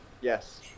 Yes